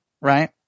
Right